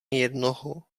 jednoho